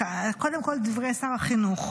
קודם כול, דברי שר החינוך: